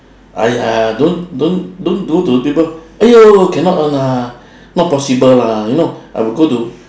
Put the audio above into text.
!aiya! don't don't don't go to people !aiyo! cannot one ah not possible lah you know I would go to